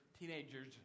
teenagers